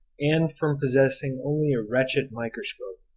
and from possessing only a wretched microscope,